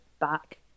back